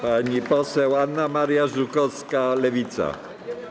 Pani poseł Anna Maria Żukowska, Lewica.